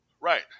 Right